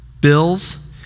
bills